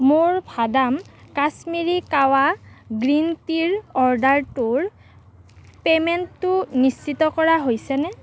মোৰ ভাদাম কাশ্মীৰী কাৱা গ্ৰীণ টিৰ অৰ্ডাৰটোৰ পে'মেণ্টটো নিশ্চিত কৰা হৈছেনে